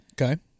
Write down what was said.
Okay